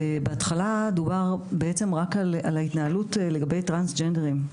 ובהתחלה דובר בעצם רק על ההתנהלות לגבי טרנסג'נדרים.